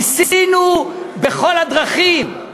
ניסינו בכל הדרכים.